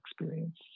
experience